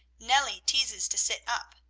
nellie teases to sit up.